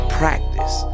practice